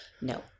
No